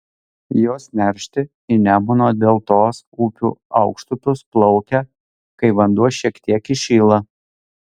jos neršti į nemuno deltos upių aukštupius plaukia kai vanduo šiek tiek įšyla